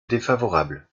défavorable